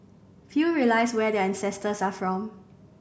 few realise where their ancestors are from